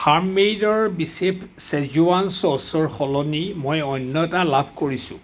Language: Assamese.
ফাৰ্ম মেডৰ বিচেফ শ্বেজৱান চচৰ সলনি মই অন্য এটা লাভ কৰিছোঁ